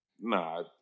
Nah